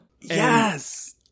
Yes